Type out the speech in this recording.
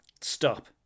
stop